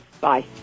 Bye